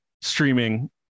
streaming